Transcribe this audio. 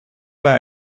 bij